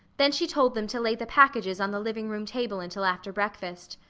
then she told them to lay the packages on the living room table until after breakfast.